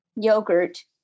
Yogurt